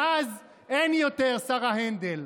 ואז אין יותר שר ההנדל.